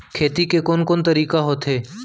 खेती के कोन कोन तरीका होथे?